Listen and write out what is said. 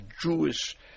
Jewish